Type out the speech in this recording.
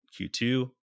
Q2